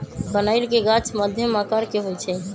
कनइल के गाछ मध्यम आकर के होइ छइ